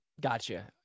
Gotcha